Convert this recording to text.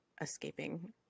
escaping